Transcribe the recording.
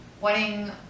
wedding